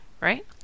Right